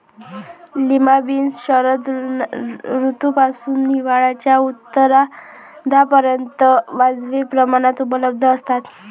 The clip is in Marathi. लिमा बीन्स शरद ऋतूपासून हिवाळ्याच्या उत्तरार्धापर्यंत वाजवी प्रमाणात उपलब्ध असतात